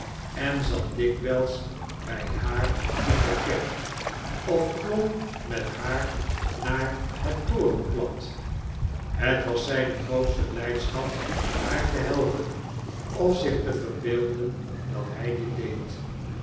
en zat dikwijls bij haar in de kerk of klom met haar naar het torenplat het was zijne grootste blijdschap haar te helpen of zich te verbeelden dat hij dit deed